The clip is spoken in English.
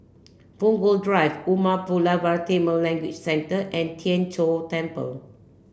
Punggol Drive Umar Pulavar Tamil Language Centre and Tien Chor Temple